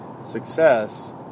Success